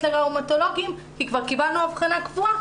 לראומטולוגים כי כבר קיבלנו אבחנה קבועה,